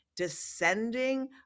descending